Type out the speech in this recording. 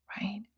Right